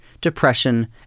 depression